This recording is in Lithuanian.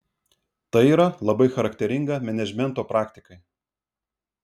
tai yra labai charakteringa menedžmento praktikai